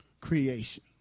creation